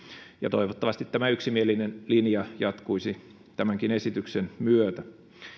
toivottavasti tämä yksimielinen linja jatkuisi tämänkin esityksen myötä